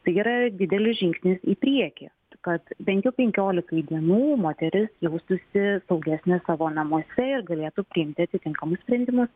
tai yra didelis žingsnis į priekį kad bent jau pankiolikai dienų moteris jaustųsi saugesnė savo namuose ir galėtų priimti atitinkamus sprendimus